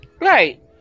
Right